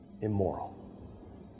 immoral